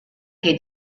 que